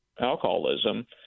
alcoholism